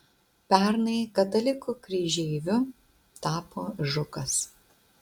pernai katalikų kryžeiviu tapo žukas